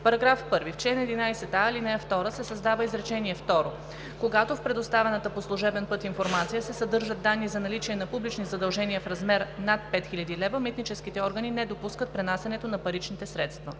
§ 1: „§ 1. В чл. 11а, ал. 2 се създава изречение второ: „Когато в предоставената по служебен път информация се съдържат данни за наличие на публични задължения в размер над 5000 лв., митническите органи не допускат пренасянето на паричните средства.“